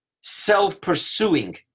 self-pursuing